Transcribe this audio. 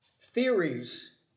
theories